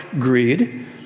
greed